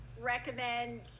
recommend